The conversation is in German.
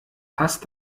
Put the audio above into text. passt